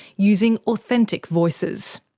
using authentic voices.